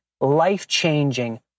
life-changing